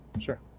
Sure